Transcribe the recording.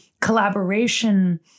collaboration